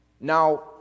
Now